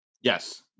Yes